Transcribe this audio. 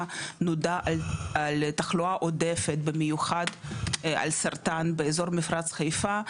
נודע על תחלואה עודפת במיוחד על סרטן באזור מפרץ חיפה,